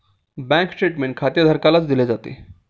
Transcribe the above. bank statement खातेधारकालाच दिले जाते